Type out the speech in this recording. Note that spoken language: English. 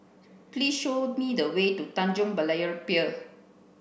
please show me the way to Tanjong Berlayer Pier